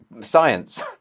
Science